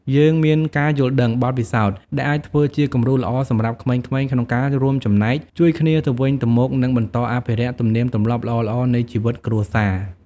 យើងមានការយល់ដឹង បទពិសោធន៍ ដែលអាចធ្វើជាគំរូល្អសម្រាប់ក្មេងៗ ក្នុងការរួមចំណែក ជួយគ្នាទៅវិញទៅមក និងបន្តអភិរក្សទំនៀមទម្លាប់ល្អៗនៃជីវិតគ្រួសារ។